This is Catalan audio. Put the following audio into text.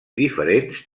diferents